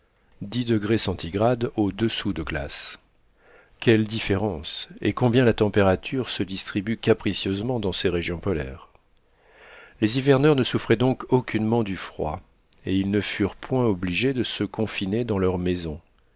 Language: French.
degrés fahrenheit au-dessous de zéro quelle différence et combien la température se distribue capricieusement dans ces régions polaires les hiverneurs ne souffraient donc aucunement du froid et ils ne furent point obligés de se confiner dans leur maison